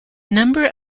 number